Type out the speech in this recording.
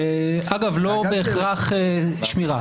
אגב, לא בהכרח שמירה.